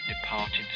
departed